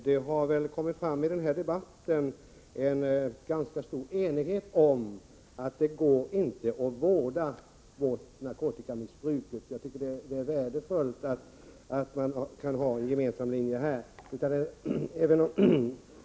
Herr talman! Det har i den här debatten kommit fram en ganska stor enighet om att det inte går att vårda bort narkotikamissbruket. Jag tycker att det är värdefullt att vi kan ha en gemensam linje på den punkten.